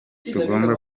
tugomba